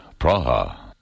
Praha